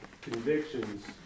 Convictions